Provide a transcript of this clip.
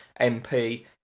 MP